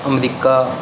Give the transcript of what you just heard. America